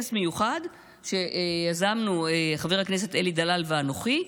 מיוחד שיזמנו חבר הכנסת אלי דלל ואנוכי,